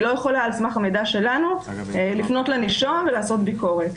היא לא יכולה על סמך המידע שלנו לפנות לנישום ולעשות ביקורת.